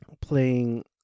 playing